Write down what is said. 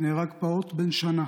נהרג פעוט בן שנה